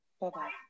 Bye-bye